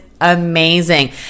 amazing